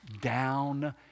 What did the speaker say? down